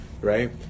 right